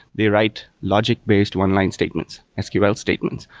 they write logic-based one line statements, sql statements,